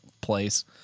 place